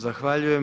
Zahvaljujem.